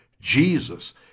Jesus